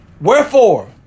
Wherefore